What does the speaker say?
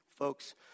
Folks